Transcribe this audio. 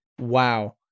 wow